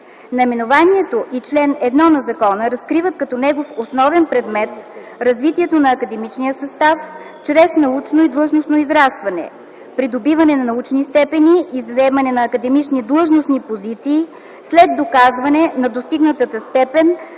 Наименованието и чл. 1 на закона разкриват като негов основен предмет развитието на академичния състав чрез научно и длъжностно израстване, придобиване на научни степени и заемане на академични длъжностни позиции след доказване на достигнатата степен